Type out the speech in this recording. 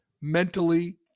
mentally